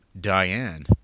Diane